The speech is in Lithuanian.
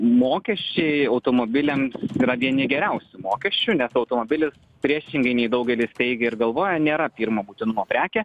mokesčiai automobiliam yra vieni geriausių mokesčių nes automobilis priešingai nei daugelis teigia ir galvoja nėra pirmo būtinumo prekė